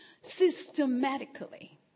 systematically